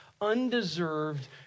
undeserved